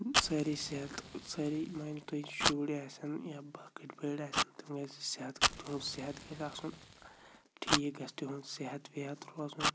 سٲری صحت سٲری مٲنۍ تُہۍ شُرۍ آسن یا بٔڑۍ آسن تِم گژھِ صحت تِہُنٛد صحت گژھِ آسُن ٹھیٖک گژھِ تِہُنٛد صحت وحت روزُن